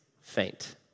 faint